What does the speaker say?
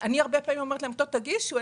הרבה פעמים אני אומרת לעמותות: תגישו,